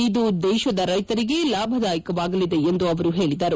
ಇದು ದೇಶದ ರೈತರಿಗೆ ಲಾಭದಾಯಕವಾಗಲಿದೆ ಎಂದು ಅವರು ಹೇಳಿದರು